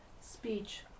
speech